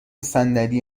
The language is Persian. صندلی